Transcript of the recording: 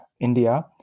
India